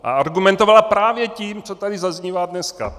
A argumentovala právě tím, co tady zaznívá dneska.